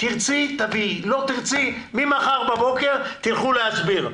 תרצי תביאי; לא תרצי ממחר בבוקר תלכו להסביר.